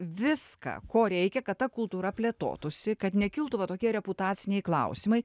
viską ko reikia kad ta kultūra plėtotųsi kad nekiltų va tokie reputaciniai klausimai